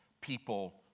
people